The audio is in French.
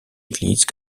église